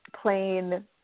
plain